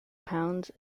pounds